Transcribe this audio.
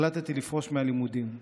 החלטתי לפרוש מהלימודים.